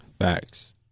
Facts